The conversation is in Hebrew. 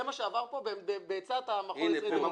זה מה שעבר פה בעצת המכון הישראלי לדמוקרטיה.